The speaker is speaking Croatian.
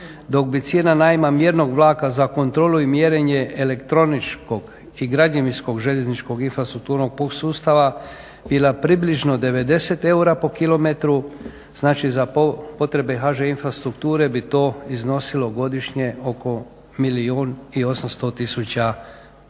dok bi cijena najma mjernog vlaka za kontrolu i mjerenje elektroničkog i građevinskog željezničkog infrastrukturnog sustava bila približno 90 eura po kilometru, znači za potrebe HŽ Infrastrukture bi to iznosilo godišnje oko milijun i